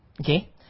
okay